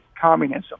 communism